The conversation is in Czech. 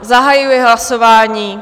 Zahajuji hlasování.